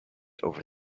over